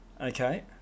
Okay